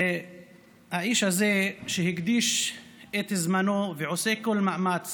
והאיש הזה הקדיש את זמנו ועושה כל מאמץ